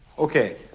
okay.